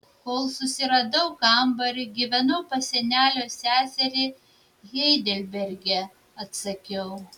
kol susiradau kambarį gyvenau pas senelio seserį heidelberge atsakiau